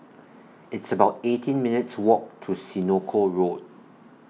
It's about eighteen minutes' Walk to Senoko Road